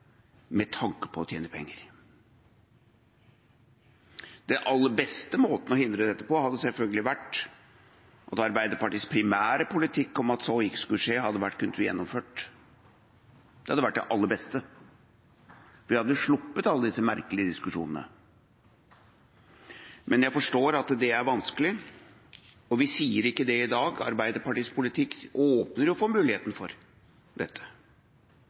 med tanke på å tjene penger. Den aller beste måten å hindre dette på hadde selvfølgelig vært om Arbeiderpartiets primære politikk om at så ikke skulle skje, hadde vært gjennomført. Det hadde vært det aller beste. Da hadde vi sluppet alle disse merkelige diskusjonene. Men jeg forstår at det er vanskelig, og vi sier ikke det i dag. Arbeiderpartiets politikk åpner jo for muligheten for dette.